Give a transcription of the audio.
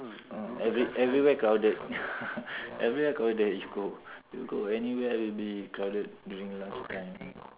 oh every everywhere crowded everywhere crowded if go you go anywhere will be crowded during lunch time